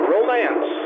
Romance